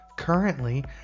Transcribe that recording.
Currently